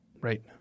Right